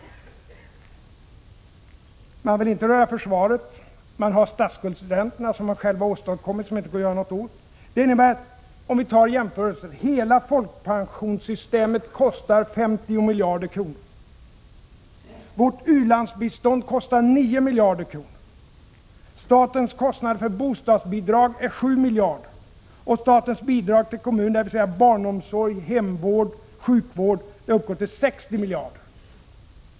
Man vill inte röra försvaret. Man har statsskuldsräntorna, som man själv åstadkommit och som det inte går att göra någonting åt. Låt oss se vad det hela innebär. Folkpensionssystemet kostar 50 miljarder kronor. Vårt u-landsbistånd kostar 9 miljarder kronor. Statens kostnader för bostadsbidragen är 7 miljarder kronor. Statens bidrag till kommunerna — dvs. för barnomsorg, hemvård, sjukvård — uppgår till 60 miljarder kronor.